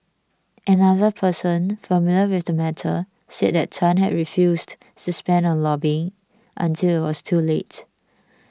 another person familiar with the matter said that Tan had refused to spend on lobbying until it was too late